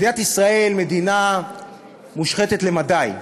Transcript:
מדינת ישראל מדינה מושחתת למדי.